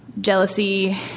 jealousy